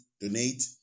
donate